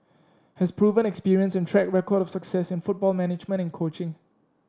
has proven experience and track record of success in football management and coaching